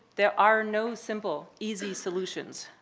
there are no simple, easy solutions,